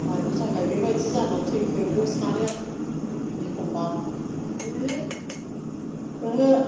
मानि थाखाय बेबायदि जानानै थैखोबो सानो आं एखनबा बे ओहो